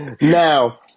Now